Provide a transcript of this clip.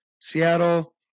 Seattle